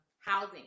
housing